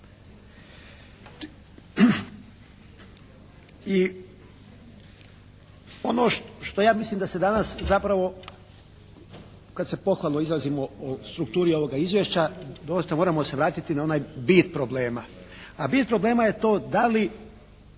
I ono što ja mislim da se danas zapravo kad se pohvalno izlazimo o strukturi ovoga izvješća doista moramo se vratiti na onaj bit problema, a bit problema je to da li